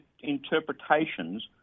interpretations